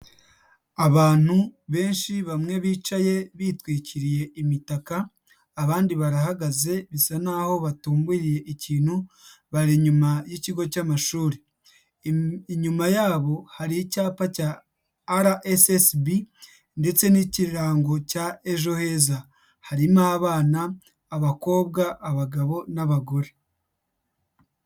Abantu benshi bamwe bicaye bitwikiriye imitaka, abandi barahagaze bisa naho batumburiye ikintu, bari inyuma y'ikigo cy'amashuri, inyuma yabo hari icyapa cya RSSB ndetse n'ikirango cya Ejo heza hari n'abana abakobwa, abagabo n'abagore.